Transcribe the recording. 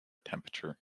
temperature